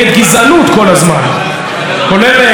כולל חברת הכנסת בירן,